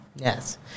yes